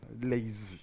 lazy